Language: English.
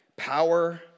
power